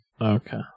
Okay